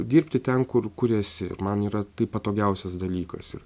dirbti ten kur kur esi man yra tai patogiausias dalykas ir